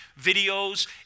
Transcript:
videos